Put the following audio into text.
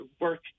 work